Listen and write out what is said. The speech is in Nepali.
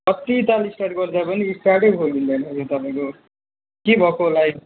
कति ताल स्टार्ट गर्दा पनि स्टार्ट नै खोलिँदैन यो तपाईँको के भएको हो यो